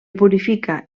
purifica